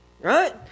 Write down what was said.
right